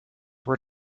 were